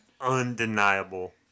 undeniable